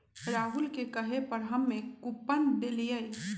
राहुल के कहे पर हम्मे कूपन देलीयी